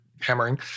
hammering